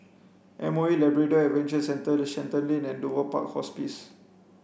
M O E Labrador Adventure Centre Shenton Lane and Dover Park Hospice